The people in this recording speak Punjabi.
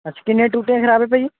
ਅੱਛ ਕਿੰਨੀਆਂ ਟੂਟੀਆਂ ਖ਼ਰਾਬ ਹੈ ਭਾਅ ਜੀ